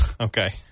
Okay